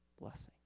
blessing